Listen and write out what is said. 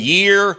year